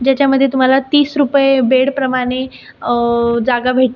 ज्याच्यामध्ये तुम्हाला तीस रुपये बेडप्रमाणे जागा भेटते